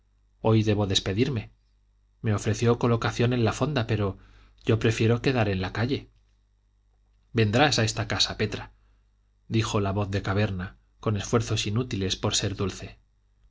hoy debo despedirme me ofreció colocación en la fonda pero yo prefiero quedar en la calle vendrás a esta casa petra dijo la voz de caverna con esfuerzos inútiles por ser dulce